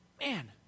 Man